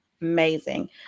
amazing